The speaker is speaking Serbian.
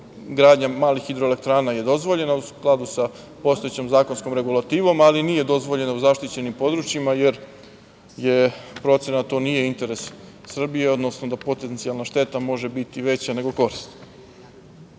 gradnja malih hidroelektrana je dozvoljena u skladu sa postojećom zakonskom regulativom, ali nije dozvoljena u zaštićenim područjima, jer je procena da to nije interes Srbije, odnosno da potencijalna šteta može biti veća nego korist. Kao